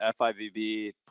FIVB